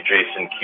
Jason